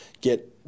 get